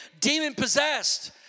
demon-possessed